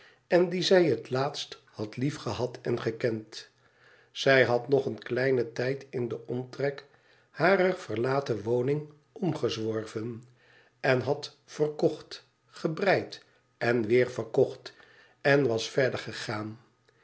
en die zij het laatst had liefgehad en gekend zij had nog een kleinen tijd in den omtrek harer verlaten woning omgezworven en had verkocht gebreid en weer verkocht en was verder gegaan